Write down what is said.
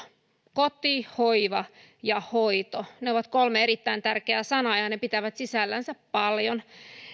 koti hoiva ja hoito ne ovat kolme erittäin tärkeää sanaa ja ja ne pitävät sisällänsä paljon